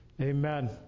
Amen